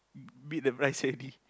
beat the price already